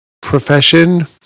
profession